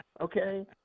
okay